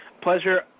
Pleasure